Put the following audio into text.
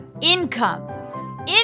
income